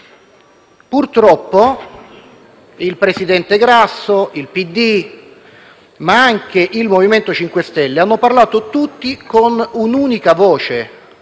Purtroppo il presidente Grasso, il PD e anche il MoVimento 5 Stelle hanno parlato tutti con un'unica voce,